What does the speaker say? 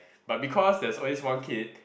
but because there is only one kid